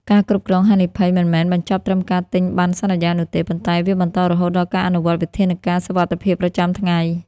ការគ្រប់គ្រងហានិភ័យ មិនមែនបញ្ចប់ត្រឹមការទិញបណ្ណសន្យានោះទេ ប៉ុន្តែវាបន្តរហូតដល់ការអនុវត្តវិធានការសុវត្ថិភាពប្រចាំថ្ងៃ។